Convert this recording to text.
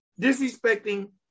disrespecting